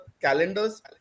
calendars